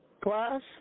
class